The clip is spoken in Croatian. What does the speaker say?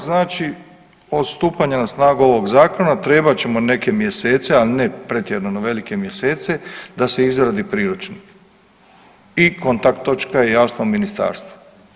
Znači, od stupanja na snagu ovog zakona trebat ćemo neke mjesece ali ne pretjerano velike mjesece da se izradi priručnik i kontakt točka je jasno ministarstvo.